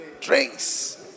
Drinks